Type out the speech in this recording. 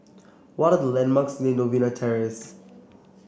what are the landmarks near Novena Terrace